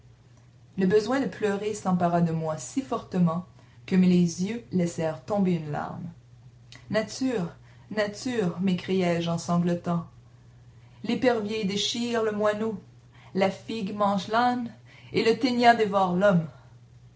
le besoin de pleurer s'empara de moi si fortement que mes yeux laissèrent tomber une larme nature nature m'écriai-je en sanglotant l'épervier déchire le moineau la figue mange l'âne et le ténia dévore l'homme